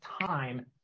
time